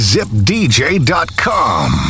ZipDJ.com